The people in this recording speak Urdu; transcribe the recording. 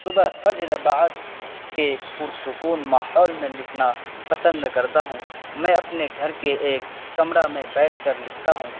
صبح فجر بعد کے پرسکون ماحول میں لکھنا پسند کرتا ہوں میں اپنے گھر کے ایک کمرہ میں بیٹھ کر لکھتا ہوں